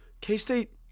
K-State